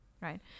right